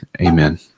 Amen